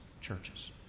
churches